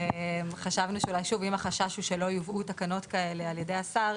אם החשש הוא שלא יובאו תקנות כאלה על ידי השר,